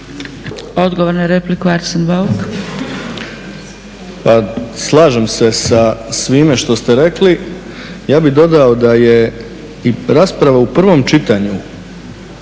Odgovor na repliku Arsen Bauk.